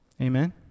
Amen